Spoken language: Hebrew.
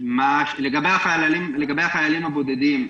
לגבי החיילים הבודדים,